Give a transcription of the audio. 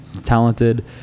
talented